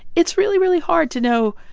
it's really, really hard to know,